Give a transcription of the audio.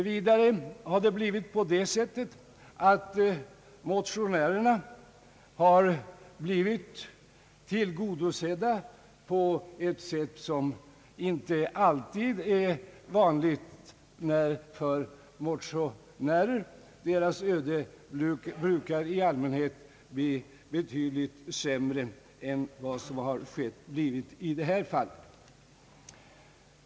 Vidare har motionärerna blivit tillgodosedda på ett sätt, som inte alltid är vanligt. Deras öde brukar i allmänhet bli betydligt sämre än i detta fall.